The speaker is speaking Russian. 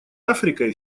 африкой